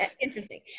Interesting